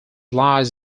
lies